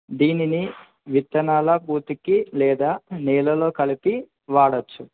దీనిని విత్తనాల పూర్తికి లేదా నీళ్లలో కలిపి వాడొచ్చు